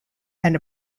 and